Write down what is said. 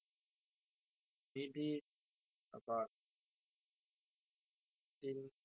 maybe about fifteen